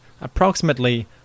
approximately